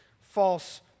false